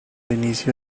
inicio